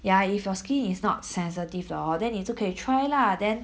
ya if your skin is not sensitive hor then 你就可以 try lah then